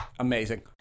Amazing